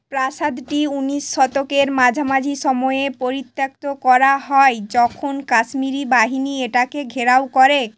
প্রাসাদটি উনিশ শতকের মাঝামাঝি সময়ে পরিত্যক্ত করা হয় যখন কাশ্মীরি বাহিনী এটাকে ঘেরাও করে